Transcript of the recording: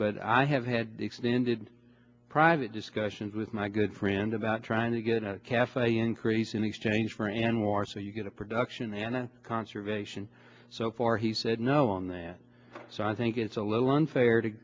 but i have had extended private discussions with my good friend about trying to get a cafe increase in exchange for anwar so you get a production and conservation so far he said no on that so i think it's a little unfair to